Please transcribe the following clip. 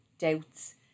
doubts